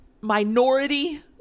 minority